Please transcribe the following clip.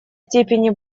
степени